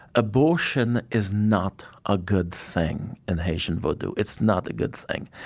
abortion is not a good thing in haitian vodou. it's not a good thing.